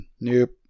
Nope